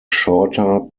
shorter